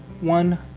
one